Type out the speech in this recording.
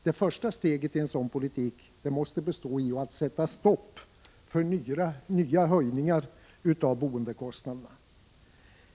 Det första steget i en sådan politik måste bestå i att sätta stopp för nya höjningar av boendekostnaderna.